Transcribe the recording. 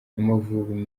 amavubi